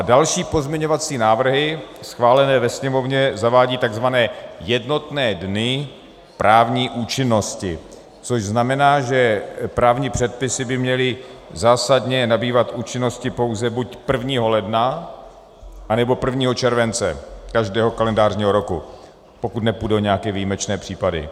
Další pozměňovací návrhy schválené ve Sněmovně zavádějí takzvané jednotné dny právní účinnosti, což znamená, že právní předpisy by měly zásadně nabývat účinnosti pouze buď 1. ledna, anebo 1. července každého kalendářního roku, pokud nepůjde o nějaké výjimečné případy.